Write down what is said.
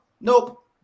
nope